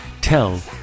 tell